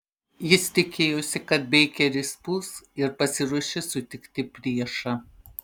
jis tikėjosi kad beikeris puls ir pasiruošė sutikti priešą